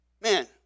Man